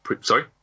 Sorry